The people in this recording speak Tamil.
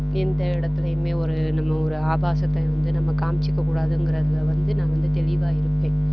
எந்த இடத்துலையுமே ஒரு நம்ம ஒரு ஆபாசத்தை வந்து நம்ம காம்மிச்சிக்க கூடாதுங்கிறதில் வந்து நான் வந்து தெளிவாக இருப்பேன்